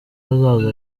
hazaza